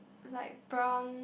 like brown